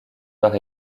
par